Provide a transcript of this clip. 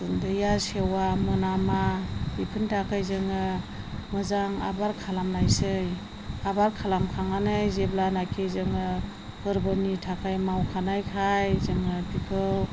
गुन्दैआ सेवा मोनामा बेफोरनि थाखाय जोङो मोजां आबार खालामनायसै आबार खालामखांनानै जेब्लानाखि जोङो फोरबोनि थाखाय मावखानायखाय जोङो बेखौ